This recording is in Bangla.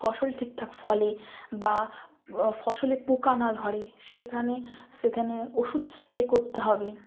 ফসল ঠিকঠাক ফলে বা ফসলে পোকা না ধরে সেইখানে সেখানে ওষুধ স্প্রে করতে হবে